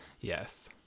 yes